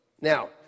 Now